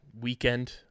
weekend